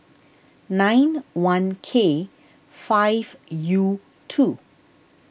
nine one K five U two